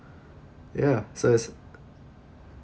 ya so it's